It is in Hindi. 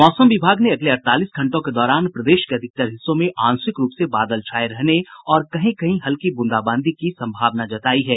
मौसम विभाग ने अगले अड़तालीस घंटों के दौरान प्रदेश के अधिकतर हिस्सों में आंशिक रूप से बादल छाये रहने और कहीं कहीं हल्की बूंदाबांदी की संभावना जतायी है